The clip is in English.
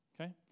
Okay